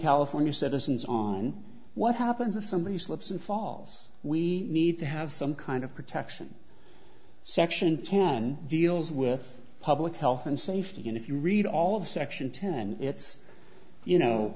california citizens on what happens if somebody slips and falls we need to have some kind of protection section ten deals with public health and safety and if you read all of section ten it's you know